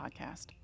podcast